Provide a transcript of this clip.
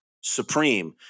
supreme